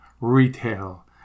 Retail